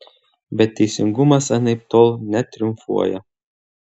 bet teisingumas anaiptol netriumfuoja